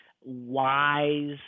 wise